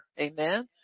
Amen